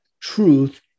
truth